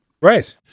Right